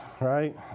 right